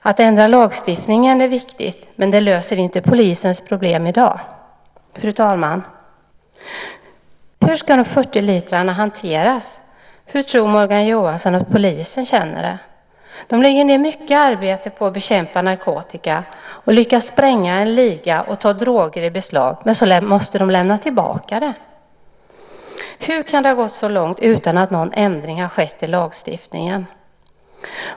Att ändra lagstiftningen är viktigt, men det löser inte polisens problem i dag. Fru talman! Hur ska dessa 40 liter butandiol hanteras? Hur tror Morgan Johansson att polisen känner det? De lägger ned mycket arbete på att bekämpa narkotika och lyckades spränga en liga och ta droger i beslag, men sedan måste de lämna tillbaka dem. Hur kan det ha gått så långt utan att någon ändring har skett i lagstiftningen?